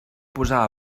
posar